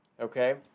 Okay